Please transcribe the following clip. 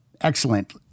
excellent